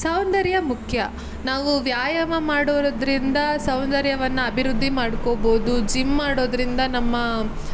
ಸೌಂದರ್ಯ ಮುಖ್ಯ ನಾವು ವ್ಯಾಯಾಮ ಮಾಡೋದ್ರಿಂದ ಸೌಂದರ್ಯವನ್ನು ಅಭಿವೃದ್ಧಿ ಮಾಡ್ಕೋಬೋದು ಜಿಮ್ ಮಾಡೋದರಿಂದ ನಮ್ಮ